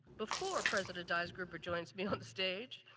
before president eisgruber joins me on the stage,